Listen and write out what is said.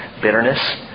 Bitterness